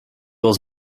was